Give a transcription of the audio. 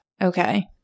Okay